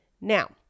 Now